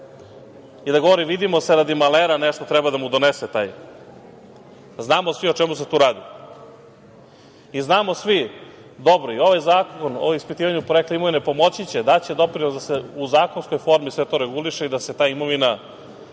i da govori vidimo se radi malera, nešto treba da mu donese taj. Znamo svi o čemu se tu radi. Znamo svi dobro i ovaj Zakon o ispitivanju porekla imovine pomoći će, daće doprinos da se u zakonskoj formi sve to reguliše i da se ta imovina,